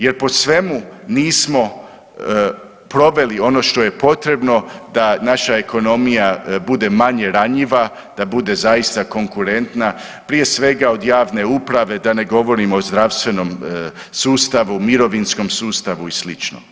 Jer po svemu nismo proveli ono što je potrebno da naša ekonomija bude manje ranjiva, da bude zaista konkurentna prije svega od javne uprave da ne govorim o zdravstvenom sustavu, mirovinskom sustavu i slično.